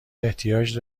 احتیاج